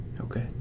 Okay